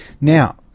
Now